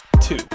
two